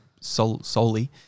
solely